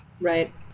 Right